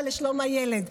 לשלום הילד.